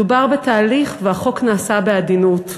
מדובר בתהליך, והחוק נעשה בעדינות.